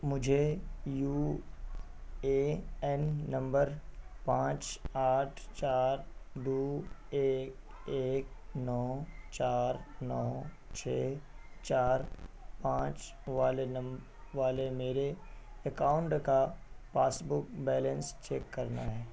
مجھے U A N نمبر پانچ آٹھ چار دو ایک ایک نو چار نو چھ چار پانچ والے والے میرے اکاؤنڈ کا پاس بک بیلنس چیک کرنا ہے